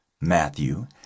Matthew